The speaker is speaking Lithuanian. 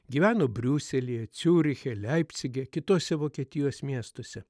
gyveno briuselyje ciuriche leipcige kituose vokietijos miestuose